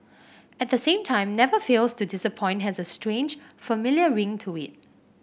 at the same time never fails to disappoint has a strange familiar ring to it